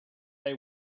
they